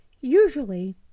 Usually